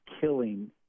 killing